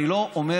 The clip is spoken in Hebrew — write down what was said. אני לא אומר,